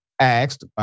asked